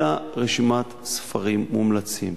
אלא רשימת ספרים מומלצים.